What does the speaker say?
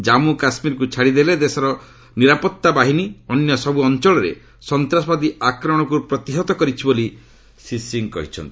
ଜଜ୍ଞୁ କାଶ୍ମୀରକୁ ଛାଡ଼ିଦେଲେ ଦେଶର ନିରାପତ୍ତା ବାହିନୀ ଦେଶର ଅନ୍ୟସବ୍ର ଅଞ୍ଚଳରେ ସନ୍ତାସବାଦୀ ଆକ୍ରମଣକ୍ର ପ୍ରତିହତ କରିଛି ବୋଲି ସେ କହିଛନ୍ତି